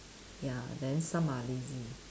ya then some are lazy